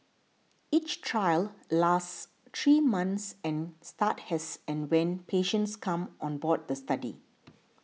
each trial lasts three months and start as and when patients come on board the study